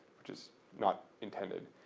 which is not intended.